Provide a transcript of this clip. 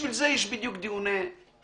בשביל זה בדיוק יש דיוני ועדה,